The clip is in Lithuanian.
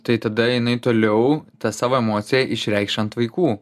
tai tada jinai toliau tas savo emociją išreikš ant vaikų